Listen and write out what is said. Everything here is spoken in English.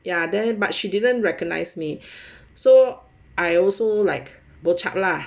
ya then but she didn't recognise me so I also like bo chup lah